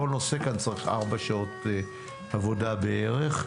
כל נושא כאן צריך ארבע שעות עבודה בערך.